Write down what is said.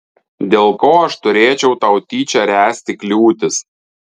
dėl ko aš turėčiau tau tyčia ręsti kliūtis